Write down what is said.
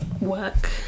work